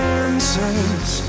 answers